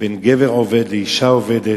בין גבר עובד לבין אשה עובדת.